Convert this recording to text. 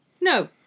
no